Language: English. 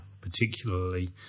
particularly